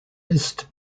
ist